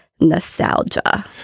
nostalgia